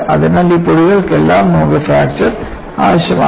അതിനാൽ ഈ പൊടികൾക്കെല്ലാം നമുക്ക് ഫ്രാക്ചർ ആവശ്യമാണ്